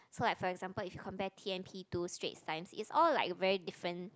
so like for example if compare t_n_p to Straits Times is all like very different